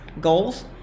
goals